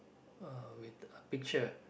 uh with a picture